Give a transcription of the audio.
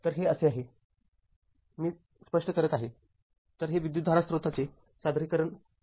तर हे असे आहे मी स्पष्ट करत आहे तर हे विद्युतधारा स्रोताचे सादरीकरण आहे